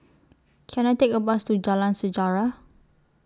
Can I Take A Bus to Jalan Sejarah